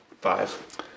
Five